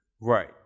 Right